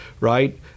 Right